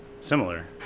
similar